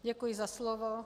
Děkuji za slovo.